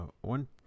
One